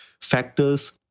factors